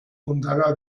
fundada